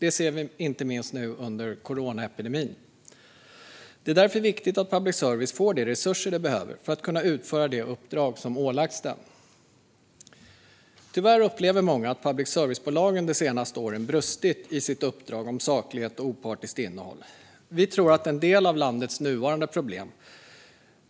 Det ser vi inte minst nu under coronaepidemin. Det är därför viktigt att public service får de resurser den behöver för att kunna utföra det uppdrag som ålagts den. Tyvärr upplever många att public service-bolagen de senaste åren brustit i sitt uppdrag om saklighet och opartiskt innehåll. Vi tror att en del av landets nuvarande problem